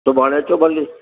सुभाणे अचो भली